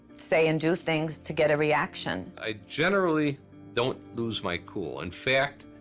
say and do things to get a reaction. i generally don't lose my cool. in fact,